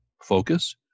focus